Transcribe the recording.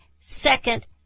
second